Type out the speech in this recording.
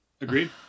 agreed